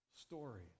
story